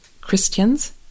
christians